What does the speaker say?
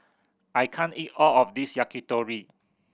I can't eat all of this Yakitori